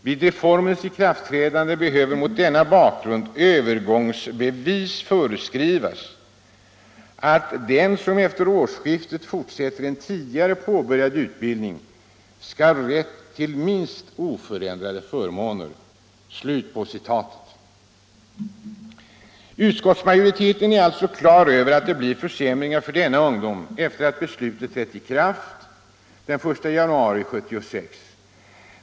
—-— Vid reformens ikraft — Arbetsmarknadsutträdande behöver mot denna bakgrund övergångsvis föreskrivas att den, — bildningen som efter årsskiftet fortsätter en tidigare påbörjad utbildning, skall ha rätt till minst oförändrade förmåner.” Utskottsmajoriteten är alltså klar över att det blir försämringar för dessa ungdomar efter att beslutet trätt i kraft den 1 januari 1976.